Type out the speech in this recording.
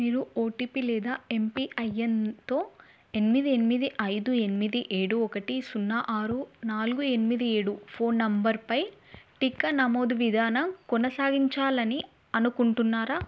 మీరు ఓటీపీ లేదా ఎంపీఐన్తో ఎనిమిది ఎనిమిది ఐదు ఎనిమిది ఏడు ఒకటి సున్నా ఆరు నాలుగు ఎనిమిది ఏడు ఫోన్ నంబర్పై టీకా నమోదు విధానం కొనసాగించాలని అనుకుంటున్నారా